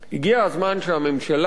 הגיע הזמן שהממשלה,